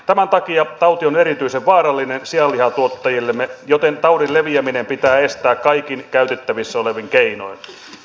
tämän takia tauti on erityisen vaarallinen sianlihan tuottajillemme joten taudin leviäminen pitää estää kaikin käytettävissä olevin keinoin